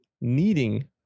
needing